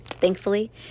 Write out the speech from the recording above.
Thankfully